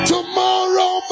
Tomorrow